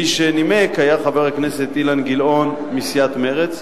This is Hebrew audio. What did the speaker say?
מי שנימק היה חבר הכנסת אילן גילאון מסיעת מרצ,